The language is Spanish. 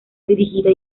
dirigida